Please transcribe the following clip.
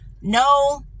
no